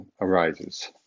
arises